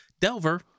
Delver